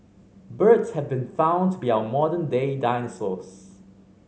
birds have been found to be our modern day dinosaurs